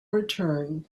return